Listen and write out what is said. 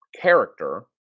character